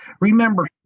Remember